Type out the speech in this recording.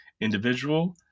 individual